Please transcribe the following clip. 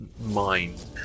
mind